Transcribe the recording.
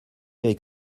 avec